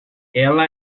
ela